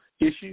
issues